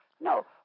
No